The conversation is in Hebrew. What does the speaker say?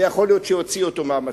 ויכול להיות שיוציאו אותו מהמצב.